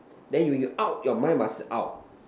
then you you out your mind must out